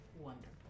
Wonderful